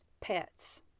Pets